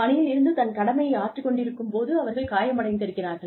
பணியில் இருந்து தன் கடமையை ஆற்றி கொண்டிருக்கும் போது அவர்கள் காயமடைந்திருக்கிறார்கள்